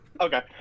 okay